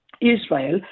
israel